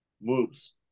moves